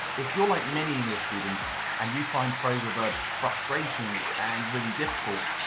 if you're like many english students and you find phrasal verbs frustrating and really difficult,